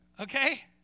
Okay